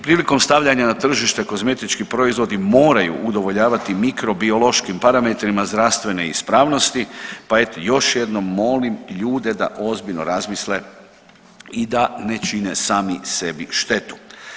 Prilikom stavljanja na tržište kozmetički proizvodi moraju udovoljavati mikrobiološkim parametrima zdravstvene ispravnosti, pa još jednom molim ljude da ozbiljno razmisle i da ne čine sami sebi štetu.